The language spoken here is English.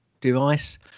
device